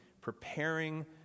preparing